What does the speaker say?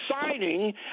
signing